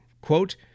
Quote